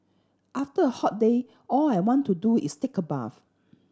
after a hot day all I want to do is take a bath